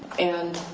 and,